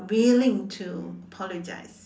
willing to apologize